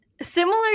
Similar